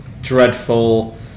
dreadful